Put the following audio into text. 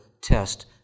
test